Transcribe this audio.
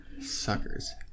Suckers